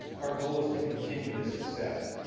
our goal is to continue this success.